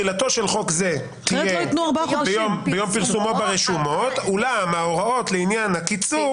תחילתו של חוק זה יהיה ביום פרסומו ברשומות אולם ההוראות לעניין הקיצור